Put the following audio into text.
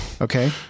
okay